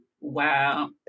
Wow